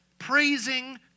praising